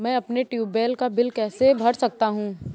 मैं अपने ट्यूबवेल का बिल कैसे भर सकता हूँ?